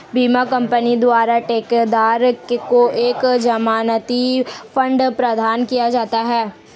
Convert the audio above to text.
बीमा कंपनी द्वारा ठेकेदार को एक जमानती बांड प्रदान किया जाता है